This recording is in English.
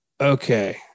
Okay